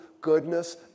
goodness